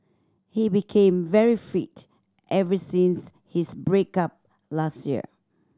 he became very fit ever since his break up last year